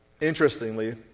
interestingly